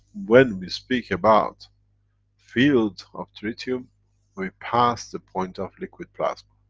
when we speak about fields of tritium we pass the point of liquid plasma.